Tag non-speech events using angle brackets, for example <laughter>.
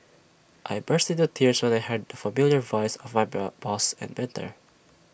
I burst into tears when I heard familiar voice of my <unintelligible> boss and mentor